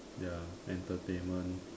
their entertainment